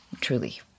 truly